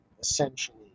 essentially